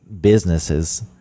businesses